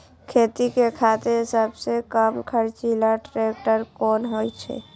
खेती के खातिर सबसे कम खर्चीला ट्रेक्टर कोन होई छै?